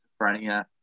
schizophrenia